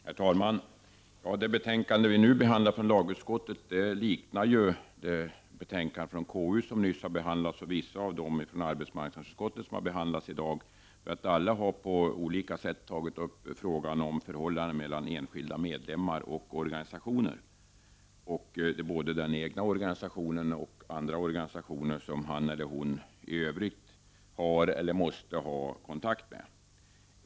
Herr talman! Det betänkande vi nu behandlar från lagutskottet liknar ett betänkande från KU som vi nyss behandlade. Det liknar också vissa av de betänkanden från arbetsmarknadsutskottet som vi behandlat här i dag. Alla har på olika sätt tagit upp frågan om förhållandet mellan enskilda medlemmar och organisationer. Det gäller förhållandet mellan den enskilde och organisationer som han har eller måste ha kontakt med.